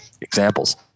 examples